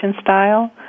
style